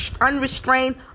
unrestrained